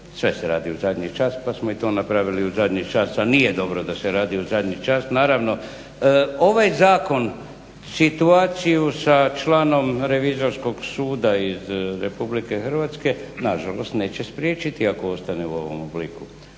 Sve se radi u zadnji čas pa smo i to napravili u zadnji čas, a nije dobro da se radi u zadnji čas naravno. Ovaj zakon situaciju sa članom Revizorskog suda iz Republike Hrvatske nažalost neće spriječiti ako ostane u ovom obliku.